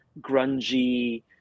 grungy